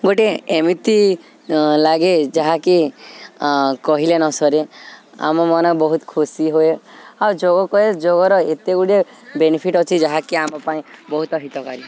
ଗୋଟେ ଏମିତି ଲାଗେ ଯାହାକି କହିଲେ ନ ସରେ ଆମ ମନ ବହୁତ ଖୁସି ହୁଏ ଆଉ ଯୋଗ କରେ ଯୋଗର ଏତେ ଗୁଡ଼ିଏ ବେନିଫିଟ୍ ଅଛି ଯାହାକି ଆମ ପାଇଁ ବହୁତ ହିତକାରୀ